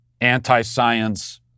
anti-science